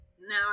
Now